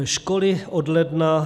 Školy od ledna.